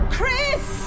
Chris